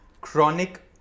chronic